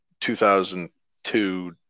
2002